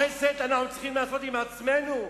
חסד אנחנו צריכים לעשות עם עצמנו,